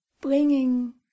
bringing